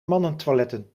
mannentoiletten